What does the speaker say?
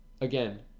Again